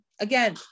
again